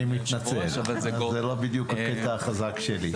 אני מתנצל אבל זה לא בדיוק הקטע החזק שלי.